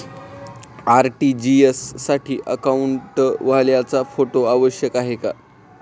RTGS साठी अकाउंटवाल्याचा photo आवश्यक आहे का?